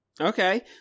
Okay